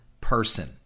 person